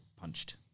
punched